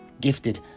gifted